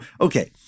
okay